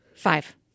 Five